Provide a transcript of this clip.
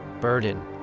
burden